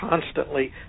constantly